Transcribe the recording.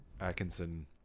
Atkinson